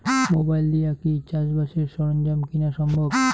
Mobile দিয়া কি চাষবাসের সরঞ্জাম কিনা সম্ভব?